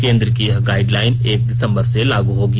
केन्द्र की यह गाइडलाइन एक दिसंबर से लागू होगी